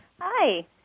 Hi